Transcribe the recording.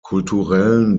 kulturellen